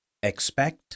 expect